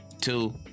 two